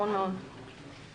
זה מחזק את מה שאתה אומר.